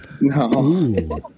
No